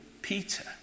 Peter